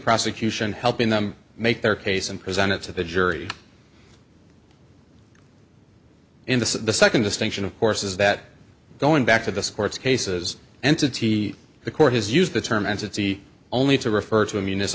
prosecution helping them make their case and present it to the jury in this the second distinction of course is that going back to the sports cases entity the court has used the term entity only to refer to a m